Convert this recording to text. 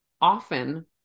often